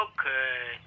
Okay